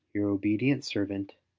your obedient servant,